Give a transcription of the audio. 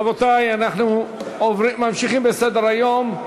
רבותי, אנחנו ממשיכים בסדר-היום.